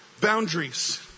boundaries